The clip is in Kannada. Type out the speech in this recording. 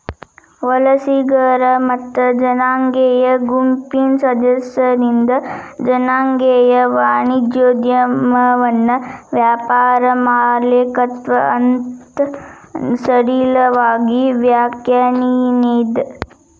ವಲಸಿಗರ ಮತ್ತ ಜನಾಂಗೇಯ ಗುಂಪಿನ್ ಸದಸ್ಯರಿಂದ್ ಜನಾಂಗೇಯ ವಾಣಿಜ್ಯೋದ್ಯಮವನ್ನ ವ್ಯಾಪಾರ ಮಾಲೇಕತ್ವ ಅಂತ್ ಸಡಿಲವಾಗಿ ವ್ಯಾಖ್ಯಾನಿಸೇದ್